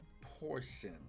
portion